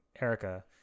Erica